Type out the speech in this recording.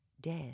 dead